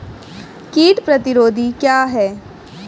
कीट प्रतिरोधी क्या है?